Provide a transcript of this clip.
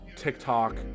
TikTok